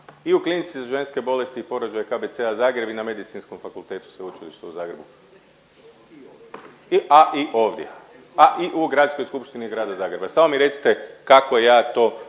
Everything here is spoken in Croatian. i u Klinici za ženske bolesti i porode KBC-a Zagreb i na Medicinskom fakultetu Sveučilišta u Zagrebu, a i ovdje, a i u Gradskoj skupštini Grada Zagreba. Samo mi recite kako ja to